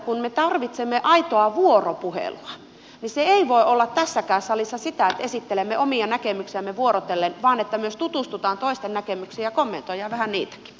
kun me tarvitsemme aitoa vuoropuhelua niin se ei voi olla tässäkään salissa sitä että esittelemme omia näkemyksiämme vuorotellen vaan todella näkisin hyvänä että myös tutustutaan toisten näkemyksiin ja kommentoidaan vähän niitäkin